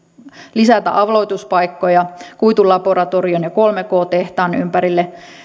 lisätä aloituspaikkoja kuitulaboratorion ja kolme k tehtaan ympärille